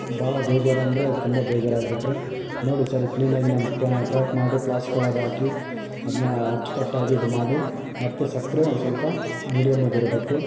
ಭಾಳ ಬೇಜಾರಂದರೆ ತುಂಬ ಬೇಜಾರಾಗಿಬಿಟ್ರು ನೋಡಿ ಸರ್ ಕ್ಲೀನಾಗಿ ನಮ್ಮ ಪ್ಯಾಕ್ ಮಾಡಿ ಪ್ಲಾಸ್ಕೊಳಗಾಕಿ ಅದನ್ನ ಅಚ್ಚುಕಟ್ಟಾಗಿ ಇದ್ಮಾಡಿ ಮತ್ತು ಸಕ್ಕರೆ ಒಂದುಸ್ವಲ್ಪ ಮೀಡಿಯಮ್ಮಾಗಿರ್ಬೇಕು